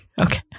okay